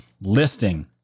listing